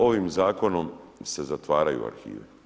Ovim Zakonom se zatvaraju arhivi.